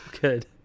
good